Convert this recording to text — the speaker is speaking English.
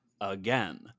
again